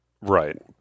right